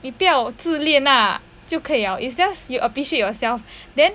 你不要自恋那就可以了 it's just you appreciate yourself then